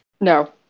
no